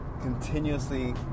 continuously